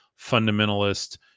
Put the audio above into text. fundamentalist